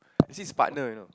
it says partner you know